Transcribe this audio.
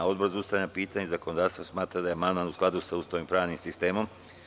Odbor za ustavna pitanja i zakonodavstvo smatra da je amandman u skladu sa Ustavom i pravnim sistemom.